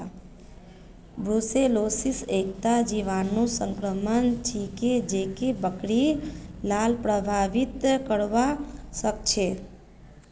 brucellosis एकता जीवाणु संक्रमण छिके जेको बकरि लाक प्रभावित करवा सकेछे